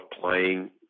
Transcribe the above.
playing